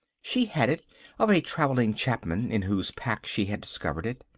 she had it of a travelling chapman in whose pack she had discovered it,